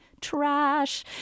trash